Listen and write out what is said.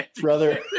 brother